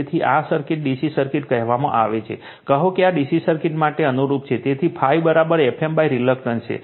તેથી જ આ સર્કિટ DC સર્કિટ કહેવામાં આવે છે કહો કે આ DC સર્કિટ માટે અનુરૂપ છે તેથી ∅ Fm રિલક્ટન્સ છે